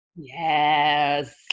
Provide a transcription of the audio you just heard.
Yes